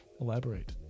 Elaborate